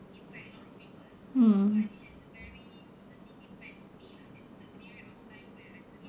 mm